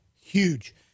huge